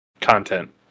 content